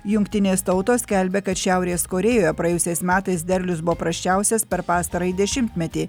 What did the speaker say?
jungtinės tautos skelbia kad šiaurės korėjoje praėjusiais metais derlius buvo prasčiausias per pastarąjį dešimtmetį